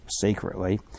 secretly